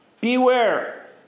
beware